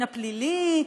סדר הדין הפלילי,